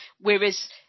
Whereas